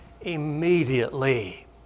immediately